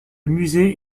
musée